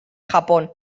japón